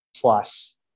plus